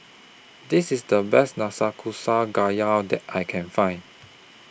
This IS The Best that I Can Find